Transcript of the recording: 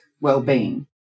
well-being